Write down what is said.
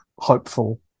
hopeful